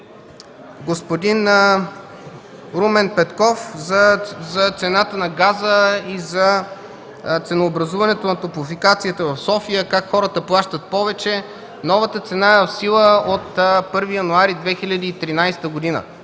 господин Румен Петков – за цената на газа и ценообразуването на топлофикацията в София, как хората плащат в повече. Новата цена е в сила от 1 януари 2013 г.